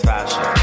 Fashion